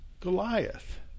Goliath